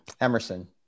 Emerson